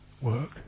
work